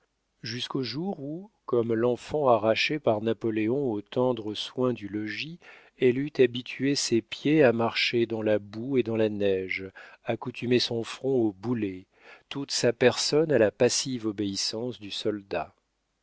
jusqu'au jour où comme l'enfant arraché par napoléon aux tendres soins du logis elle eut habitué ses pieds à marcher dans la boue et dans la neige accoutumé son front aux boulets toute sa personne à la passive obéissance du soldat